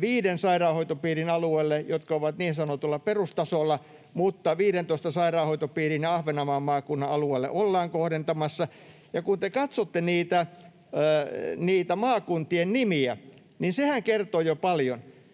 viiden sairaanhoitopiirin alueelle, jotka ovat niin sanotulla perustasolla, mutta 15 sairaanhoitopiirin ja Ahvenanmaan maakunnan alueelle niitä ollaan kohdentamassa. Ja kun te katsotte niitä maakuntien nimiä, niin sehän kertoo jo paljon.